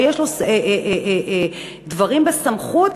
ויש לו דברים בסמכות.